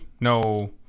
No